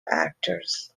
actors